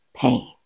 pain